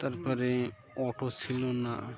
তারপরে অটো ছিল না